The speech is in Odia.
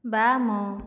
ବାମ